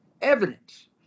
evidence